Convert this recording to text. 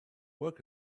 work